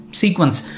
sequence